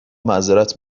معذرت